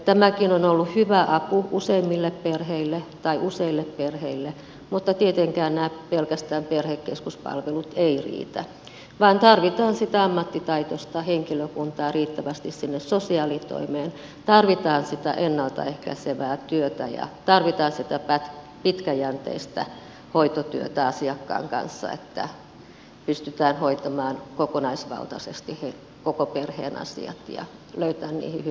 tämäkin on ollut hyvä apu useille perheille mutta tietenkään pelkästään nämä perhekeskuspalvelut eivät riitä vaan tarvitaan sitä ammattitaitoista henkilökuntaa riittävästi sinne sosiaalitoimeen tarvitaan sitä ennalta ehkäisevää työtä ja tarvitaan sitä pitkäjänteistä hoitotyötä asiakkaan kanssa niin että pystytään hoitamaan kokonaisvaltaisesti koko perheen asiat ja löytämään niihin hyvät ratkaisut